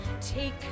take